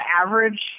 average